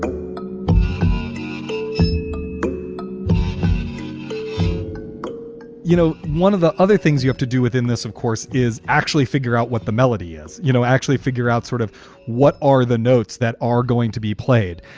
ah you know, one of the other things you have to do within this, of course, is actually figure out what the melody is, you know, actually figure out sort of what are the notes that are going to be played.